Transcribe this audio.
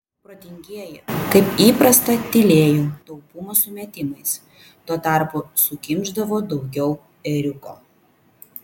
protingieji kaip įprasta tylėjo taupumo sumetimais tuo tarpu sukimšdavo daugiau ėriuko